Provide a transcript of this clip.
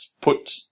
put